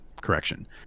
Correction